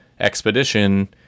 Expedition